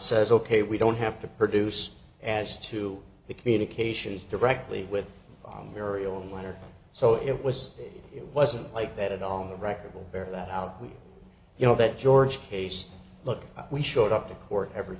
says ok we don't have to produce as to the communications directly with ariel and when or so it was it wasn't like that at all on the record will bear that out we you know that george case look we showed up to court every